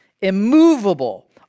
immovable